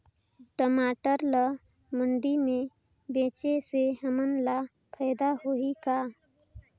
टमाटर ला मंडी मे बेचे से हमन ला फायदा होही का?